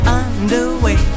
underway